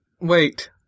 wait